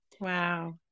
Wow